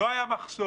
לא היה מחסור.